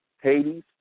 Hades